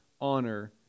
honor